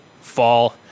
fall